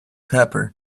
pepper